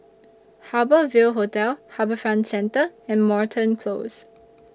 Harbour Ville Hotel HarbourFront Centre and Moreton Close